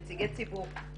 לגבי נציגי ציבור.